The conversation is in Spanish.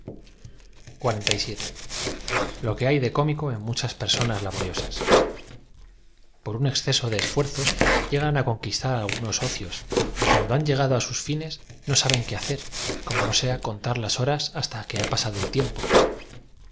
o que hay de cómico tn muchas personas lobo riosas por un exceso de esfuerzos llegan a conquistar al gudos ocios y cuando han llegado a sus fines no sa ben qué hacer como no sea contar las horas hasta que ha pasado e l tiempo